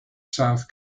south